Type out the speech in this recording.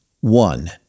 One